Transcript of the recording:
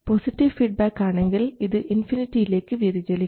positive feedback ആണെങ്കിൽ ഇത് ഇൻഫിനിറ്റിയിലേക്ക് വ്യതിചലിക്കും